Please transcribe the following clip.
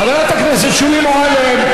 חברת הכנסת שולי מועלם.